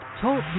Talk